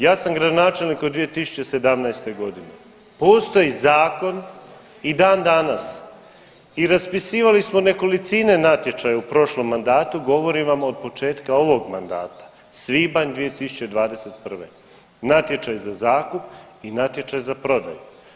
Ja sam gradonačelnik od 2017., postoji zakon i dan danas i raspisivali smo nekolicine natječaja u prošlom mandatu, govorim vam od početka ovog mandata, svibanj 2021., natječaj za zakup i natječaj za prodaju.